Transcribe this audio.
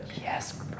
Yes